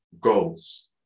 goals